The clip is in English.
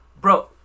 bro